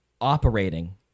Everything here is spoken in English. Operating